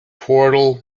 portal